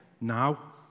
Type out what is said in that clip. now